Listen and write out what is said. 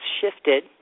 shifted